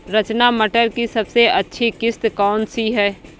रचना मटर की सबसे अच्छी किश्त कौन सी है?